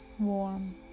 warm